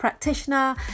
practitioner